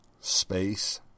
space